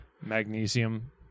magnesium